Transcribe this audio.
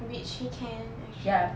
which he can actually